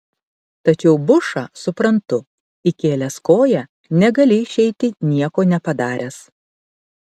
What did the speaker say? tačiau bušą suprantu įkėlęs koją negali išeiti nieko nepadaręs